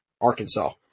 Arkansas